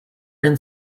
and